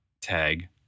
tag